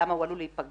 למה הוא עלול להיפגע.